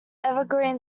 evergreen